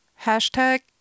hashtag